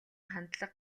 хандлага